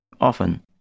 often